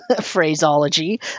phraseology